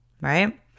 right